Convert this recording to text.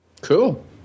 Cool